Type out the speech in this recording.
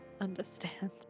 understand